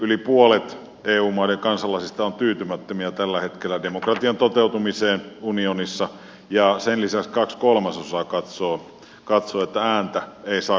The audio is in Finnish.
yli puolet eu maiden kansalaisista on tällä hetkellä tyytymättömiä demokratian toteutumiseen unionissa ja sen lisäksi kaksi kolmasosaa katsoo että ääntä ei saa kuuluville